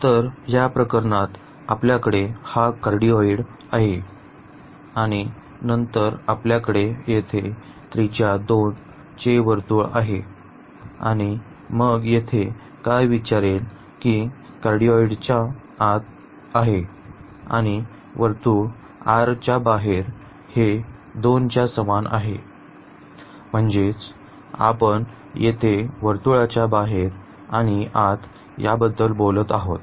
तर या प्रकरणात आपल्याकडे हा कार्डीओआइड आहे आणि नंतर आपल्याकडे येथे त्रिज्या 2 चे वर्तुळ आहे आणि मग येथे काय विचारेल जे कार्डीओआइडच्या आत आहे आणि वर्तुळ r च्या बाहेर हे 2 च्या समान आहे म्हणजेच आपण येथे वर्तुळाच्या बाहेर आणि आत याबद्दल बोलत आहोत